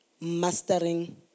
mastering